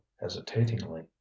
hesitatingly